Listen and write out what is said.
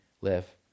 live